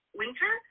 winter